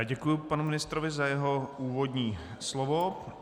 Děkuji panu ministrovi za jeho úvodní slovo.